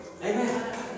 Amen